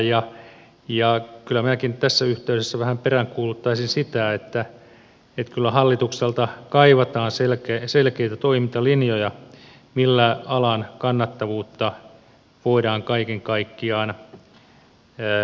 ja kyllä minäkin tässä yhteydessä vähän peräänkuuluttaisin sitä että kyllä hallitukselta kaivataan selkeitä toimintalinjoja millä alan kannattavuutta voidaan kaiken kaikkiaan parantaa